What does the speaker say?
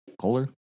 Kohler